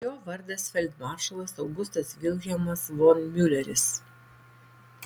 jo vardas feldmaršalas augustas vilhelmas von miuleris